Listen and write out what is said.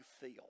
feel